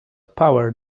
power